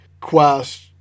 quest